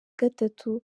gatatu